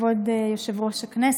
כבוד יושב-ראש הכנסת,